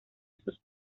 sus